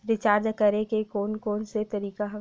Recharge करे के कोन कोन से तरीका हवय?